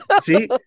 see